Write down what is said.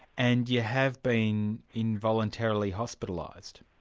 and you have been involuntarily hospitalised.